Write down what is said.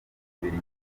mubiri